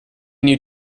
new